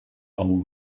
all